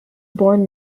born